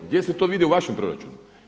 Gdje se to vidi u vašem proračunu?